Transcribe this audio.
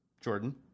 Jordan